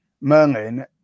merlin